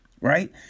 right